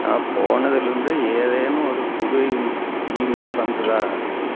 நான் போனதுலிருந்து ஏதேனும் ஒரு புது இமெயில் வந்ததா